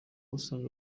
usanga